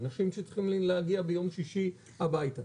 אנשים שצריכים להגיע ביום שישי הביתה